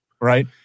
Right